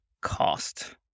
cost